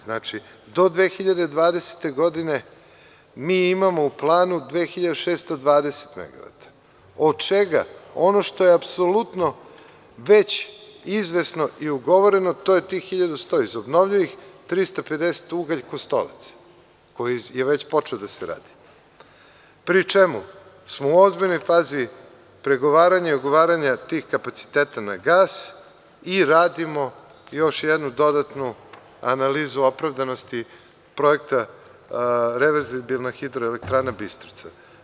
Znači, do 2020. godine mi imamo u planu 2.620 megavata, od čega, ono što je apsolutno već izvesno i ugovoreno, to je tih 1.100 iz obnovljivih, 350 ugalj Kostolac, koji je već počeo da se radi, pri čemu smo u ozbiljnoj fazi pregovaranja i ugovaranja tih kapaciteta na gas i radimo još jednu dodatnu analizu opravdanosti projekta - Reverzibilna hidroelektrana Bistrica.